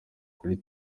kuri